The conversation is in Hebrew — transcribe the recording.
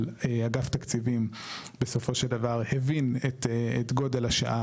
אבל אג"ת בסופו של דבר הבין את גודל השעה